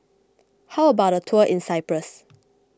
how about a tour in Cyprus